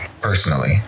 personally